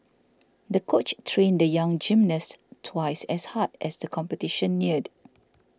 the coach trained the young gymnast twice as hard as the competition neared